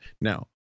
Now